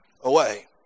away